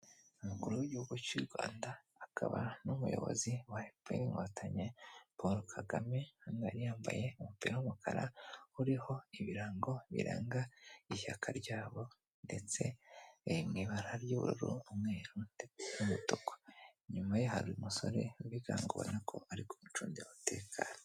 Umukuru w'igihugu cy'u Rwanda akaba n'umuyobozi wa efuperi inkotanyi Paul kagame, yambaye umupira w'umukara uriho ibirango biranga ishyaka ryabo, ndetse mu ibara ry'ubururu umwe n'umutuku inyuma ye hari umusore w'ibigango ubona ko ari kumucungira umutekano.